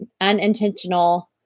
unintentional